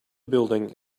building